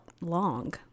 long